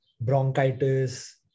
bronchitis